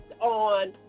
on